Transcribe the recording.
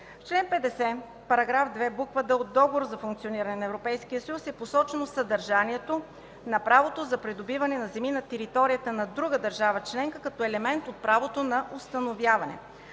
чл. 50, § 2, буква „д” от Договора за функциониране на Европейския съюз е посочено съдържанието на правото за придобиване на земи на територията на друга държава членка, като елемент от правото на установяване.